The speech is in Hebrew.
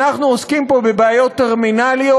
אנחנו עוסקים פה בבעיות טרמינליות,